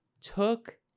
took